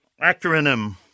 Acronym